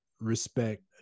respect